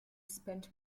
spent